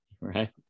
right